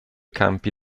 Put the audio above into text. campi